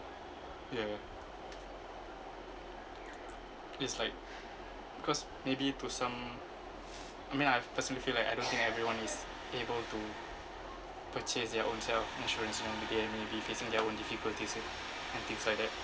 ya it's like because maybe to some I mean I've personally feel like I don't think everyone is able to purchase their own self insurance you know they are maybe facing their own difficulties eh and things like that